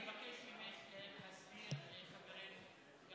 אני מבקש ממך להסביר לחברנו, גם